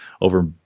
over